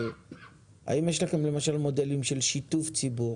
אבל האם יש לכם מודלים של שיתוף ציבור